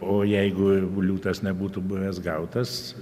o jeigu liūtas nebūtų buvęs gautas